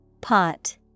Pot